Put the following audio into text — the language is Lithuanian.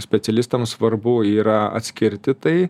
specialistam svarbu yra atskirti tai